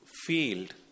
Field